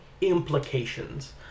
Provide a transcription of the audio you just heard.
implications